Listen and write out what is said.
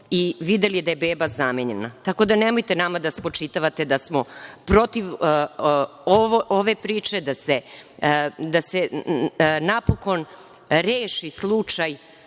i videli da je beba zamenjena. Tako, da nemojte nama da spočitavate da smo protiv ove priče da se napokon reši slučaj